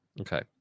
Okay